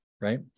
right